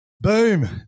Boom